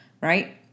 right